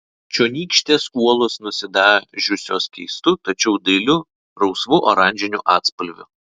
čionykštės uolos nusidažiusios keistu tačiau dailiu rausvu oranžiniu atspalviu